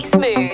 Smooth